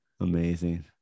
Amazing